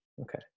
Okay